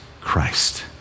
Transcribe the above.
Christ